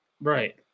Right